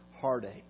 heartache